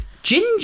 Ginger